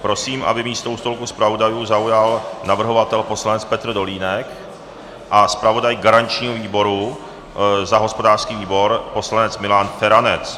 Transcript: Prosím, aby místo u stolku zpravodajů zaujal navrhovatel poslanec Petr Dolínek a zpravodaj garančního výboru za hospodářský výbor poslanec Milan Feranec.